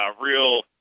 real